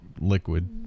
liquid